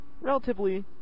relatively